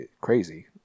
Crazy